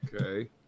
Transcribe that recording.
Okay